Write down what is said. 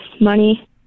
money